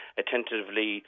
attentively